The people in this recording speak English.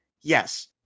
yes